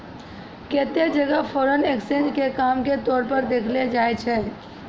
केत्तै जगह foreign exchange के काम के तौर पर देखलो जाय छै